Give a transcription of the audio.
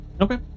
Okay